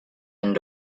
and